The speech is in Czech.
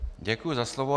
Děkuji za slovo.